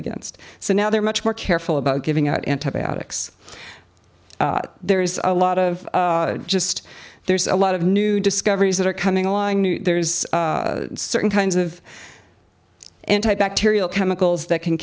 against so now they're much more careful about giving out antibiotics there is a lot of just there's a lot of new discoveries that are coming along new there's certain kinds of anti bacterial chemicals that can